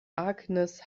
agnes